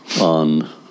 on